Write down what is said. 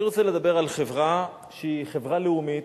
אני רוצה לדבר על חברה שהיא חברה לאומית,